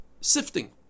sifting